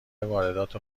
واردات